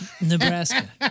Nebraska